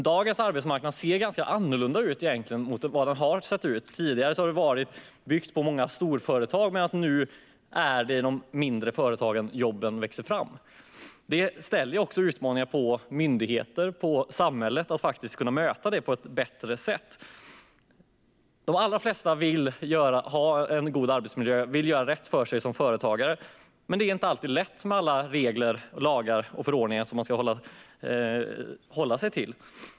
Dagens arbetsmarknad ser ganska annorlunda ut mot tidigare, då den byggde på många storföretag medan det nu är i de mindre företagen som jobben växer fram. Det ställer krav på myndigheter, på samhället, att möta detta på ett bättre sätt. De allra flesta företagare vill ha en god arbetsmiljö och vill göra rätt för sig. Men det är inte alltid lätt med alla regler, lagar och förordningar som man ska hålla sig till.